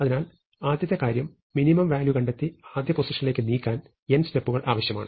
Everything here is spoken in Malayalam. അതിനാൽ ആദ്യത്തെ കാര്യം മിനിമം വാല്യൂ കണ്ടെത്തി ആദ്യ പൊസിഷനിലേക്ക് നീക്കാൻ n സ്റ്റെപ്പുകൾ ആവശ്യമാണ്